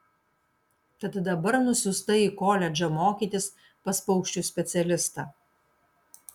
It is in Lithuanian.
tad dabar nusiųsta į koledžą mokytis pas paukščių specialistą